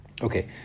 Okay